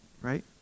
right